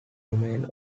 remains